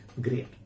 great